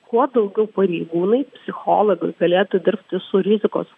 kuo daugiau pareigūnai psichologai galėtų dirbti su rizikos